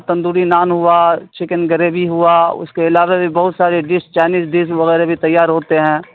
تندوری نان ہوا chicken gravy ہوا اس کے علاوہ بھی بہت سارے ڈش چائنیز ڈش وغیرہ بھی تیار ہوتے ہیں